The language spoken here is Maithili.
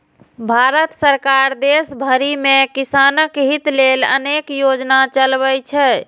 भारत सरकार देश भरि मे किसानक हित लेल अनेक योजना चलबै छै